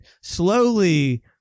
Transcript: slowly